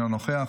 אינו נוכח,